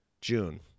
June